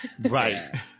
Right